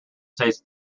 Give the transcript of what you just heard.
states